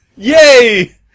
Yay